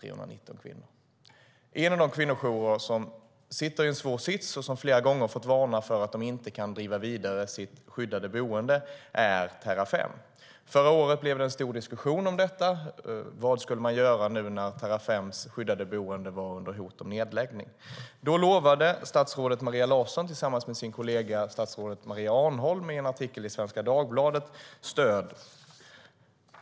En av de kvinnojourer som sitter i en svår sits, och som flera gånger fått varna för att de inte kan driva vidare sitt skyddade boende, är Terrafem. Förra året blev det en stor diskussion om detta: Vad skulle man göra nu när Terrafems skyddade boende var under hot om nedläggning? Då lovade statsrådet Maria Larsson tillsammans med sin kollega statsrådet Maria Arnholm stöd i en artikel i Svenska Dagbladet.